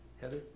Heather